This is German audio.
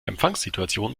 empfangssituation